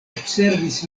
observis